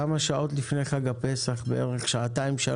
כמה שעות לפני חג הפסח, בערך שעתיים-שלוש,